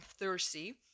thirsty